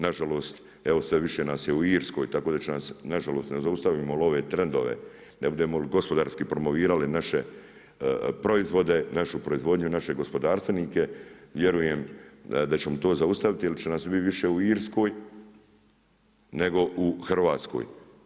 Na žalost evo sve više nas je u Irskoj tako da će nas na žalost ne zaustavimo li ove trendove, ne budemo li gospodarski promovirali naše proizvode, našu proizvodnju i naše gospodarstvenike vjerujem da ćemo to zaustaviti jer će nas bit više u Irskoj nego u Hrvatskoj.